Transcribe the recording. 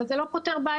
אבל זה לא פותר בעיה.